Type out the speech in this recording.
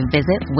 Visit